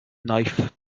knife